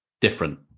Different